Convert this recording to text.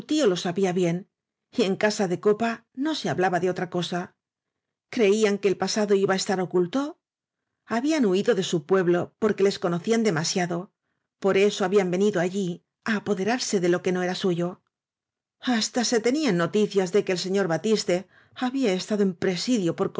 lo sabía bien y en casa de copa no se hablaba de otra cosa creían que el pasado iba á estar oculto habían huido de su pueblo porque les conocían demasiado por eso habían venido allí á apode rarse de lo que no era suyb hasta se tenían noticias de que el señor batiste había estado en presidio